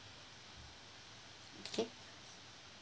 okay